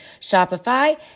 Shopify